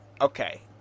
okay